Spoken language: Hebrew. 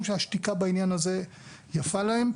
שהשתיקה בעניין הזה יפה להם,